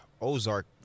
Ozark